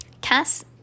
Cass